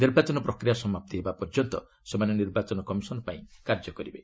ନିର୍ବାଚନ ପ୍ରକ୍ରିୟା ସମାପ୍ତି ହେବା ପର୍ଯ୍ୟନ୍ତ ସେମାନେ ନିର୍ବାଚନ କମିଶନ୍ ପାଇଁ କାର୍ଯ୍ୟ କରିବେ